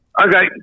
Okay